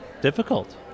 difficult